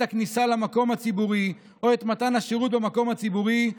את הכניסה למקום הציבורי או את מתן השירות במקום הציבורי,